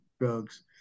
drugs